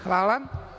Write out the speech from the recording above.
Hvala.